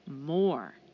more